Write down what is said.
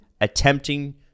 attempting